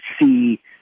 see